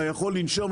אתה יכול לנשום,